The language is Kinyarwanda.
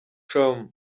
com